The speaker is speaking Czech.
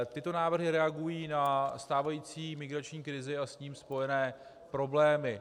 Tyto návrhy reagují na stávající migrační krizi a s tím spojené problémy.